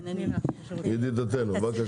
ידידתנו, בבקשה.